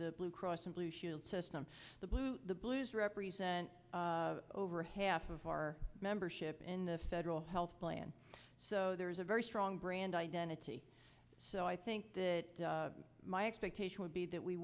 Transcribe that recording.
the blue cross blue shield system the blue the blues represent over half of our membership in the federal health plan so there is a very strong brand identity so i think that my expectation would be that we